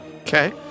Okay